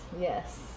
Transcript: yes